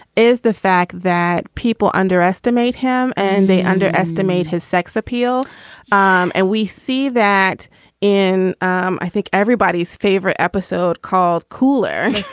is the fact that people underestimate him and they underestimate his sex appeal um and we see that in, um i think everybody's favorite episode called cooler